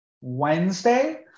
Wednesday